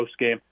postgame